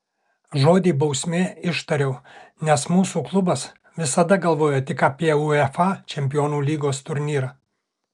žodį bausmė ištariau nes mūsų klubas visada galvoja tik apie uefa čempionų lygos turnyrą